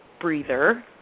breather